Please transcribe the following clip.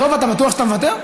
דב, אתה בטוח שאתה מוותר?